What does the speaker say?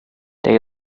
they